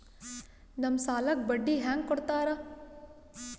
ನಮ್ ಸಾಲಕ್ ಬಡ್ಡಿ ಹ್ಯಾಂಗ ಕೊಡ್ತಾರ?